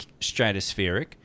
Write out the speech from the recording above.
stratospheric